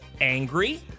Angry